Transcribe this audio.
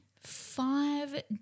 five